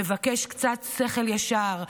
מבקש קצת שכל ישר,